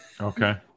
Okay